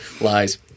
Lies